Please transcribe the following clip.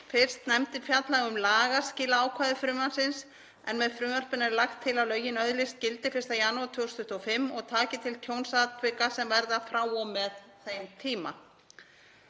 að nefndin fjallaði um lagaskilaákvæði frumvarpsins en með frumvarpinu er lagt til að lögin öðlist gildi 1. janúar 2025 og taki til tjónsatvika sem verða frá og með þeim tíma.